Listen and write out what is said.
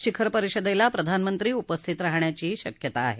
शिखर परिषदेला प्रधानमंत्री उपस्थित राहण्याची शक्यता आहे